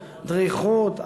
דריכות,